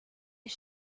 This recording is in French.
est